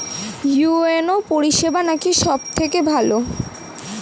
UNO পরিসেবা নাকি সব থেকে ভালো?